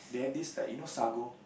they have this like you know sago